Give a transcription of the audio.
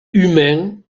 humain